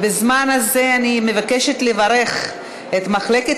בזמן הזה אני מבקשת לברך את מחלקת